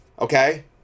Okay